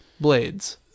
blades